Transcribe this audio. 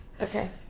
Okay